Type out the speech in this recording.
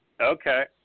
Okay